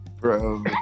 Bro